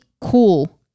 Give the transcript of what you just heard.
cool